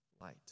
light